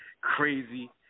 Crazy